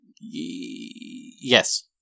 Yes